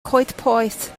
coedpoeth